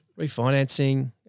Refinancing